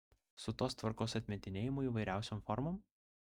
su tos tvarkos atmetinėjimu įvairiausiom formom